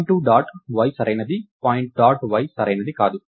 point 2 dot y సరైనది point dot y సరైనది కాదు